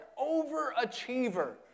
overachiever